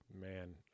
Man